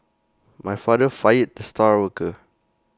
my father fired the star worker